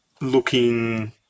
looking